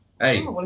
hey